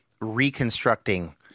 reconstructing